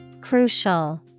Crucial